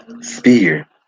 Spear